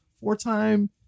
four-time